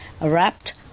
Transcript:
wrapped